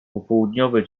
popołudniowe